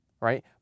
right